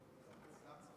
סליחה.